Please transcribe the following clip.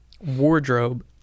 wardrobe